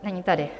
Není tady.